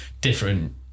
different